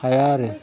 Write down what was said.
हाया आरो